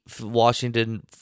Washington